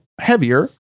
heavier